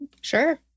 Sure